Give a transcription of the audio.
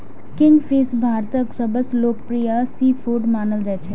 kingfish भारतक सबसं लोकप्रिय सीफूड मानल जाइ छै